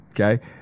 okay